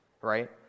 right